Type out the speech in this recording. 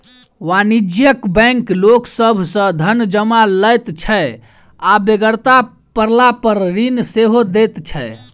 वाणिज्यिक बैंक लोक सभ सॅ धन जमा लैत छै आ बेगरता पड़लापर ऋण सेहो दैत छै